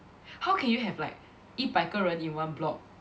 how can you have like 一百个人 in one block